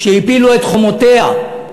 שהפילו את חומותיה,